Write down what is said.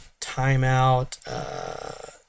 timeout